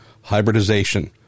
hybridization